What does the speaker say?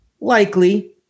likely